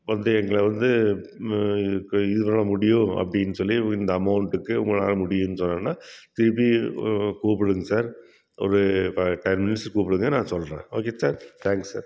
வந்து எங்களை வந்து இப்போ இது பண்ண முடியும் அப்படின்னு சொல்லி இந்த அமௌண்ட்டுக்கு உங்களால் முடியும்னு சொன்னிங்கனா திருப்பி கூப்பிடுங்க சார் ஒரு டென் மினிட்ஸில் கூப்பிடுங்க நான் சொல்கிறேன் ஓகே சார் தேங்க்ஸ் சார்